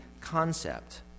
concept